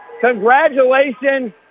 Congratulations